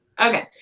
okay